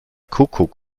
kuckuck